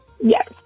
Yes